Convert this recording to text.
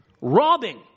Robbing